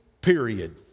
period